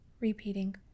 repeating